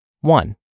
One